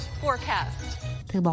forecast